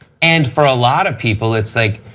and for a lot of people it's like,